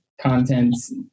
contents